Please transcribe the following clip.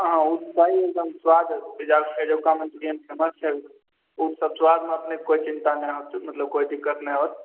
हँ हँ ओ स्वाद एकदम एजुका मनचूरिअन फेमस छै ओसब स्वादमे अपनेक कोइ चिंता नहि होत मतलब कोइ दिक्कत नहि होत